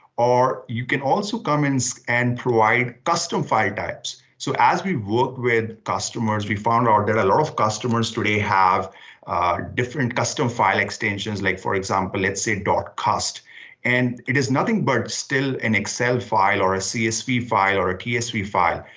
or you can also come in so and provide custom file types. so as we worked with customers, we found out there a lot of customers today have different custom file extensions, like for example, let's say cust. and it is nothing but still an excel file or a csv file or a psv file,